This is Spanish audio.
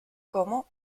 como